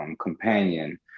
companion